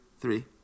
three